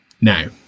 now